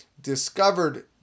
discovered